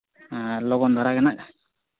ᱟᱨ ᱞᱚᱜᱚᱱ ᱫᱷᱟᱨᱟ ᱜᱮ ᱦᱟᱸᱜ